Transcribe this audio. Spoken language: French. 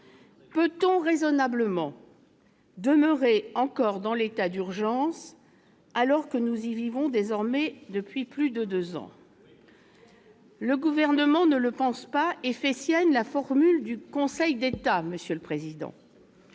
peut-on raisonnablement demeurer encore dans l'état d'urgence, alors que nous y vivons désormais depuis plus de deux ans ? Le Gouvernement ne le pense pas et fait sienne la formule du Conseil d'État, monsieur le président